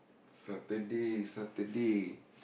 Saturday Saturday